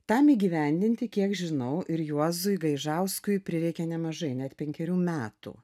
tam įgyvendinti kiek žinau ir juozui gaižauskui prireikė nemažai net penkerių metų